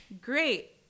great